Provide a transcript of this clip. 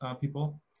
people